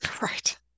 Right